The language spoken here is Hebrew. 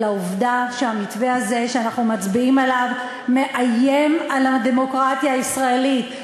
העובדה שהמתווה הזה שאנחנו מצביעים עליו מאיים על הדמוקרטיה הישראלית,